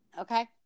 Okay